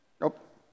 Nope